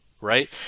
right